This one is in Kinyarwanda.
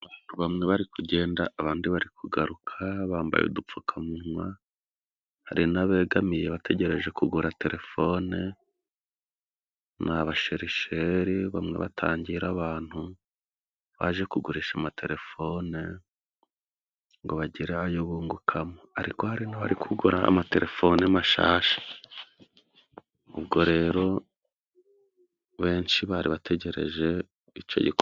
Bamwe bari kugenda, abandi bari kugaruka bambaye udupfukamunwa, hari n'abegamiye bategereje kugura telefone ni abasherisheri: Bamwe batangira abantu baje kugurisha amatelefone ngo bagire ayo bungukamo. Ariko hari n'abari kugura amatelefone mashasha. Ubwo rero benshi bari bategereje ico gikorwa.